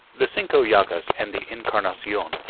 the cinco llagas and the encarnacion,